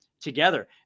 together